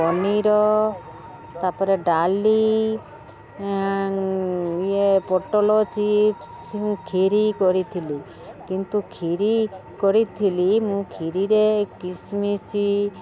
ପନିର ତା'ପରେ ଡାଲି ଇଏ ପୋଟଳ ଚିପ୍ସ ଖିରି କରିଥିଲି କିନ୍ତୁ ଖିରି କରିଥିଲି ମୁଁ ଖିରିରେ କିସମିସ